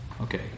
Okay